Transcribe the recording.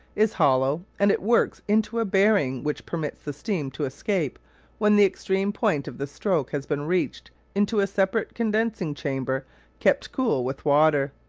is hollow, and it works into a bearing which permits the steam to escape when the extreme point of the stroke has been reached into a separate condensing chamber kept cool with water.